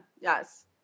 yes